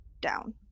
down